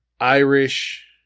Irish